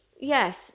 yes